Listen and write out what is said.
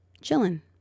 chilling